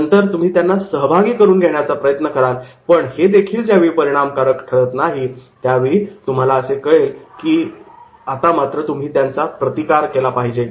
नंतर तुम्ही त्यांना सहभागी करून घेण्याचा प्रयत्न कराल पण हे देखील ज्यावेळी परिणामकारक ठरत नाही असे ज्यावेळी तुम्हाला कळेल त्यावेळी मात्र तुम्ही त्याचा प्रतिकार केला पाहिजे